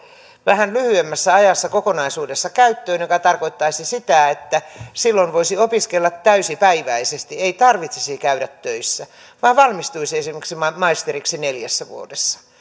vähän lyhyemmässä ajassa kokonaisuudessaan käyttöön mikä tarkoittaisi sitä että silloin voisi opiskella täysipäiväisesti ei tarvitsisi käydä töissä vaan valmistuisi esimerkiksi maisteriksi neljässä vuodessa